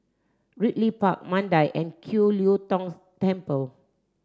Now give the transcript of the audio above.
Ridley Park Mandai and Kiew Lee Tong Temple